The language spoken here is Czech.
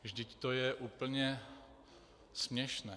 Vždyť to je úplně směšné.